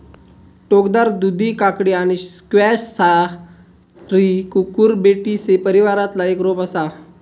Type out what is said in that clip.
टोकदार दुधी काकडी आणि स्क्वॅश सारी कुकुरबिटेसी परिवारातला एक रोप असा